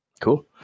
Cool